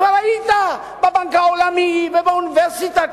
כבר היית בבנק העולמי ובאוניברסיטה,